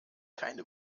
keine